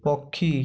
ପକ୍ଷୀ